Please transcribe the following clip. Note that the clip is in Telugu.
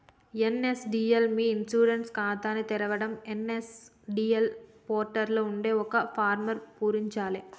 ఎన్.ఎస్.డి.ఎల్ మీ ఇ ఇన్సూరెన్స్ ఖాతాని తెరవడం ఎన్.ఎస్.డి.ఎల్ పోర్టల్ లో ఉండే ఒక ఫారమ్ను పూరించాలే